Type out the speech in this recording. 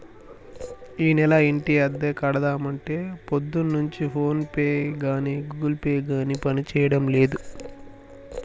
ఈనెల ఇంటి అద్దె కడదామంటే పొద్దున్నుంచి ఫోన్ పే గాని గూగుల్ పే గాని పనిచేయడం లేదు